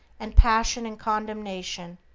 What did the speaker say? and passion, and condemnation,